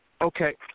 Okay